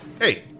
Hey